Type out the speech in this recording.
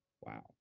Wow